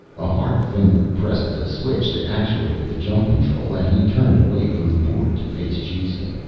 a hard finger pressed the switch that actuated the jump control, and he turned away from the board to face jason.